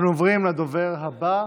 אנחנו עוברים לדובר הבא,